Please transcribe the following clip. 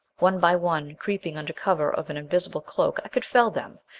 one by one, creeping under cover of an invisible cloak, i could fell them,